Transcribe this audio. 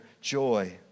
joy